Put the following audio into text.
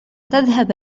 تذهب